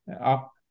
up